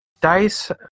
DICE